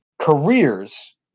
careers